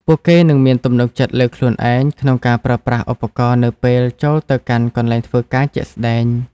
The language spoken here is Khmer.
ពួកគេនឹងមានទំនុកចិត្តលើខ្លួនឯងក្នុងការប្រើប្រាស់ឧបករណ៍នៅពេលចូលទៅកាន់កន្លែងធ្វើការជាក់ស្តែង។